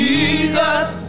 Jesus